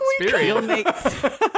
experience